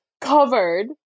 covered